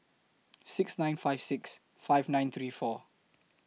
six nine five six five nine three four